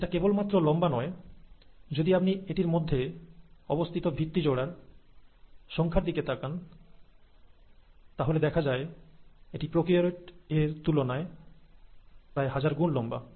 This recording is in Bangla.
এটা কেবল মাত্র লম্বা নয় যদি আপনি এটির মধ্যে অবস্থিত ভিত্তি জোড়ার সংখ্যার দিকে তাকান তাহলে দেখা যায় এটি প্রোক্যারিওট এর তুলনায় প্রায় হাজার গুন লম্বা